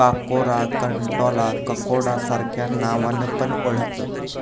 काकोरा, कंटॉला, ककोडा सार्ख्या नावान पण ओळाखतत